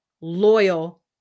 loyal